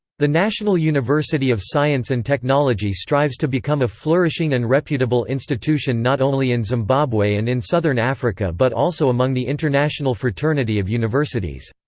the national university of science and technology strives to become a flourishing and reputable institution not only in zimbabwe and in southern africa but also among the international fraternity of universities.